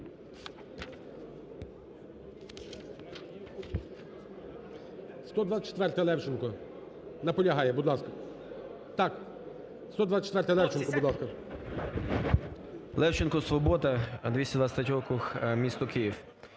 Левченко, "Свобода", 223 округ, місто Київ.